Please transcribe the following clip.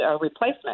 replacement